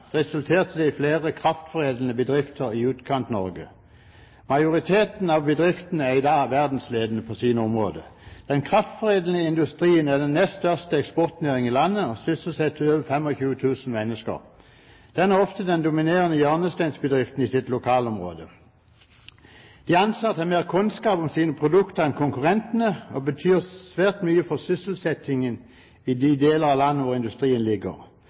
resulterte det i flere kraftforedlende bedrifter i Utkant-Norge. Majoriteten av bedriftene er i dag verdensledende på sine områder. Den kraftforedlende industrien er den nest største eksportnæring i landet og sysselsetter over 25 000 mennesker. Den er ofte den dominerende hjørnesteinsbedriften i sitt lokalområde. De ansatte har mer kunnskap om sine produkter enn konkurrentene, og betyr svært mye for sysselsettingen i de deler av landet hvor industrien ligger.